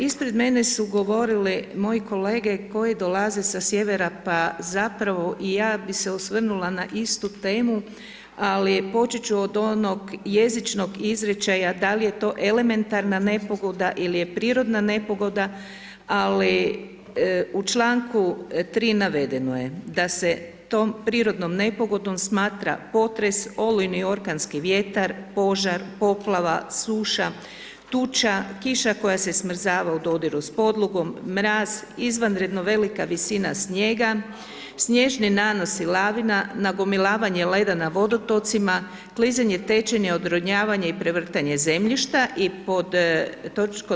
Ispred mene su govorili moji kolege koji govore sa sjevera, pa zapravo, i ja bi se osvrnula na istu temu, ali poći ću od onog jezičnog izrečaja, da li je to elementarna nepogoda ili je prirodna nepogoda, ali u čl. 3. navedeno je da se tom prirodnom nepogodom smatra potres, olujni orkanski vjetar, požar, poplava, suša, tuča, kiša koja se smrzava u dodiru s podlogom, mraz, izvanredno velika visina snijega, snježni nanosi lavina, nagomilavanje leda na vodotocima, klizanje, tečenje, odronjavanje i prevrtanje zemljišta i pod toč.